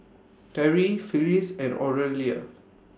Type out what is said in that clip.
Terrie Phillis and Aurelia